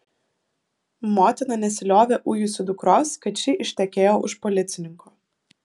motina nesiliovė ujusi dukros kad ši ištekėjo už policininko